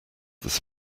this